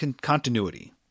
Continuity